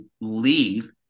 leave